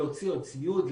להוציא עוד ציוד,